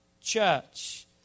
church